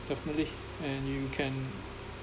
definitely and you can